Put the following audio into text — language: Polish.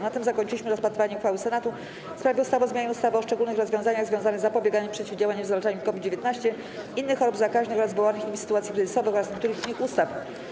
Na tym zakończyliśmy rozpatrywanie uchwały Senatu w sprawie ustawy o zmianie ustawy o szczególnych rozwiązaniach związanych z zapobieganiem, przeciwdziałaniem i zwalczaniem COVID-19, innych chorób zakaźnych oraz wywołanych nimi sytuacji kryzysowych oraz niektórych innych ustaw.